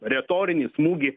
retorinį smūgį